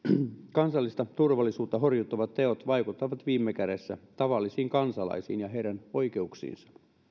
kansallista turvallisuutta horjuttavat teot vaikuttavat viime kädessä tavallisiin kansalaisiin ja heidän oikeuksiinsa